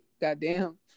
Goddamn